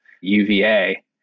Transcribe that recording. UVA